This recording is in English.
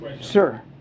Sir